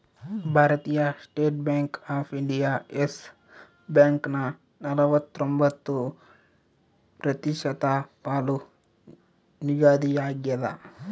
ಭಾರತೀಯ State Bank of India Yes ಬ್ಯಾಂಕನ ನಲವತ್ರೊಂಬತ್ತು ಪ್ರತಿಶತ ಪಾಲು ನಿಗದಿಯಾಗ್ಯದ